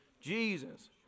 Jesus